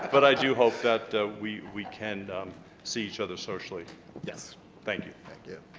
but i do hope that we we can see each other socially yes thank you thank you